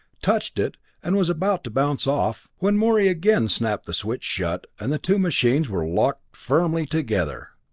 touched it and was about to bounce off, when morey again snapped the switch shut and the two machines were locked firmly together!